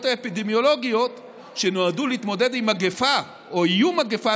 האפידמיולוגיות שנועדו להתמודד עם מגפה או עם איום התקפה,